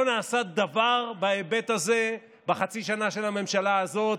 לא נעשה דבר בהיבט הזה בחצי שנה של הממשלה הזאת,